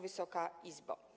Wysoka Izbo!